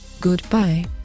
Goodbye